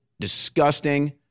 disgusting